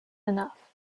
enough